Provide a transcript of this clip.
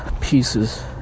pieces